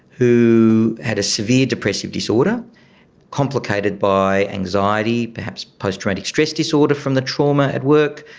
who had a severe depressive disorder complicated by anxiety, perhaps post-traumatic stress disorder from the trauma at work,